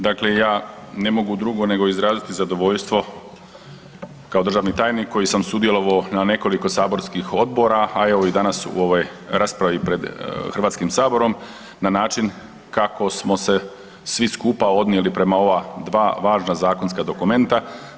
Dakle ja ne mogu drugo nego izraziti zadovoljstvo kao državni tajnik koji sam sudjelovao u nekoliko saborskih odbora, a evo i danas u ovoj raspravi pred HS-om na način kako smo se svi skupa odnijeli prema ova dva važna zakonska dokumenta.